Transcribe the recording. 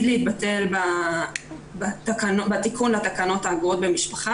להתבטל בתיקון לתקנות אגרות במשפחה,